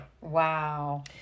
Wow